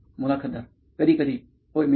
मुलाखतदार कधीकधी होय मी करतो